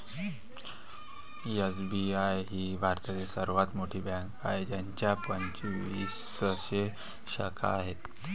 SBI ही भारतातील सर्वात मोठी बँक आहे ज्याच्या पंचवीसशे शाखा आहेत